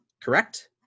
correct